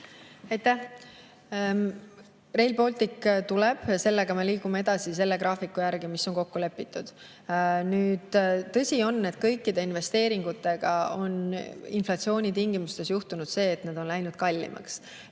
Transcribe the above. Aitäh! Rail Baltic tuleb, sellega me liigume edasi selle graafiku järgi, mis on kokku lepitud. Tõsi on, et kõikide investeeringutega on inflatsiooni tingimustes juhtunud see, et nad on läinud kallimaks.